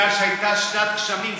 זה בגלל שהייתה שנת גשמים.